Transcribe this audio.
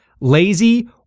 lazy